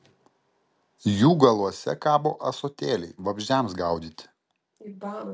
jų galuose kabo ąsotėliai vabzdžiams gaudyti